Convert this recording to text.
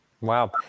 Wow